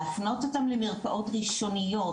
להפנות אותם למרפאות ראשוניות,